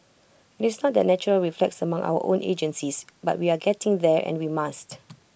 IT is not the natural reflex among our own agencies but we are getting there and we must